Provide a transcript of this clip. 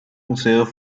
museos